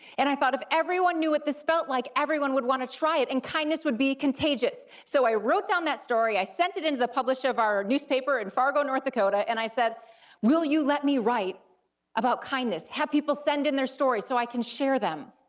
and i thought if everyone knew what this felt like, everyone would wanna try it, and kindness would be contagious. so i wrote down that story, i sent it into the publisher of our newspaper in fargo, north dakota, and i said will you let me write about kindness? have people send in their stories so i can share them.